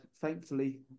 Thankfully